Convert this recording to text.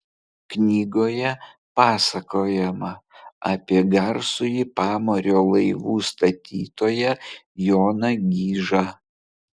knygoje pasakojama apie garsųjį pamario laivų statytoją joną gižą